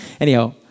Anyhow